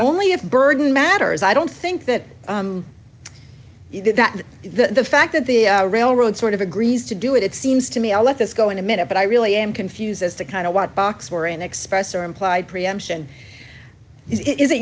only a burden matters i don't think that he did that and the fact that the railroad sort of agrees to do it it seems to me i'll let this go in a minute but i really am confused as to kind of what box were an express or implied preemption is it